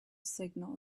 signal